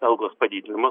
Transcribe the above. algos padidinimos